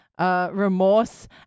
Remorse